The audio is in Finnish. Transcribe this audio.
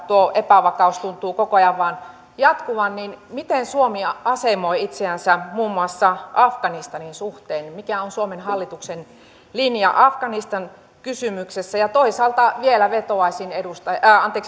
epävakaus tuntuu koko ajan vain jatkuvan niin miten suomi asemoi itseänsä muun muassa afganistanin suhteen mikä on suomen hallituksen linja afganistan kysymyksessä toisaalta vielä vetoaisin